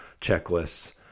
checklists